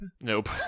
nope